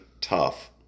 tough